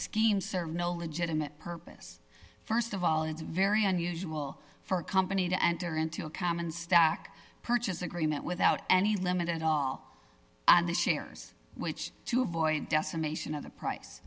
scheme served no legitimate purpose st of all it's very unusual for a company to enter into a common stock purchase agreement without any limit at all on the shares which to avoid decimation of the